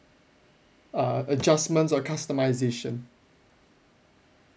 uh adjustments or customization